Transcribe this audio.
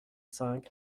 cinq